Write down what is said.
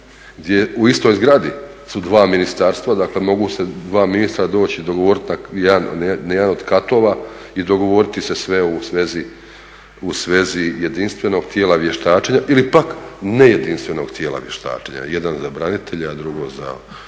u istoj zgradi su dva ministarstva, dakle mogu dva ministra doći i dogovoriti na jednom od katova i dogovoriti se sve u svezi jedinstvenog tijela vještačenja ili pak nejedinstvenog tijela vještačenja. Jedan za branitelje, a drugi za.